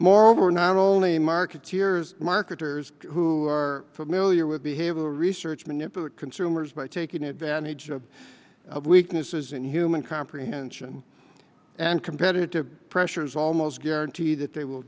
moreover not only marketeers marketers who are familiar with behavioral research manipulate consumers by taking advantage of weaknesses in human comprehension and competitive pressures almost guarantee that they will